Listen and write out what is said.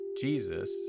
Jesus